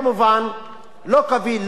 לפי עקרונות השפיטה